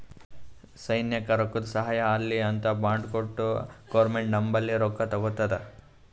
ಸೈನ್ಯಕ್ ರೊಕ್ಕಾದು ಸಹಾಯ ಆಲ್ಲಿ ಅಂತ್ ಬಾಂಡ್ ಕೊಟ್ಟು ಗೌರ್ಮೆಂಟ್ ನಂಬಲ್ಲಿ ರೊಕ್ಕಾ ತಗೊತ್ತುದ